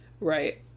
right